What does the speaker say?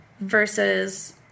versus